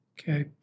Okay